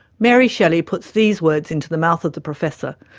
mary shelley puts these words into the mouth of the professor,